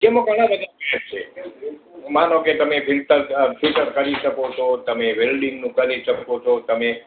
એમાં ઘણા બધા કોર્સ છે માનો કે તમે ફિટર અ ફિટર કરી શકો છો તમે વેલ્ડિંગનું કરી શકો છો તમે